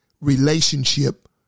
relationship